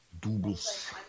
Doubles